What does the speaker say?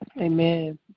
Amen